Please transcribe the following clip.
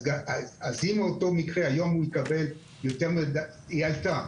אז אם באותו מקרה ההכנסה עלתה,